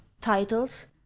titles